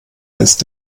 ist